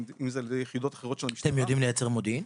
אם זה על ידי יחידות אחרות של המשטרה --- אתם יודעים לייצר מודיעין?